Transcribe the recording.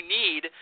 need